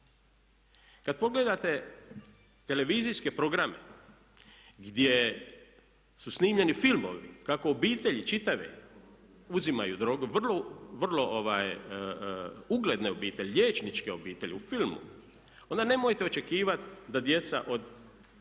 Kada pogledate televizijske programe gdje su snimljeni filmovi kako obitelji čitave uzimaju drogu, vrlo ugledne obitelji, liječničke obitelji, u filmu onda nemojte očekivati da djeca od